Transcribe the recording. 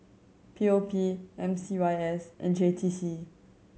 P O P M C Y S and J T C